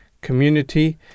community